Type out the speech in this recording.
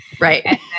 Right